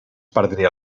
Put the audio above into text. perdria